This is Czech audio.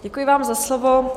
Děkuji vám za slovo.